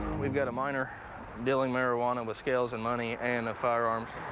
we've got a minor dealing marijuana with scales and money and a firearms.